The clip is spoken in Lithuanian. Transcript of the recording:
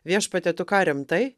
viešpatie tu ką rimtai